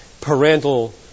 parental